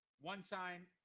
one-time